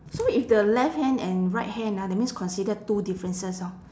so if the left hand and right hand ah that means considered two differences orh